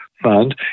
fund